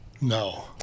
No